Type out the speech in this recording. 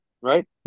Right